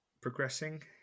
progressing